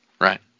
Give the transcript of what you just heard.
Right